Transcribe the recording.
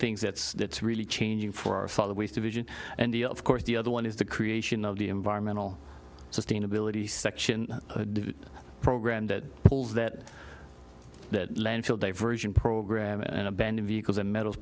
things that that's really changing for our father with the vision and the of course the other one is the creation of the environmental sustainability section program that pulls that that landfill diversion program and abandon vehicles or metal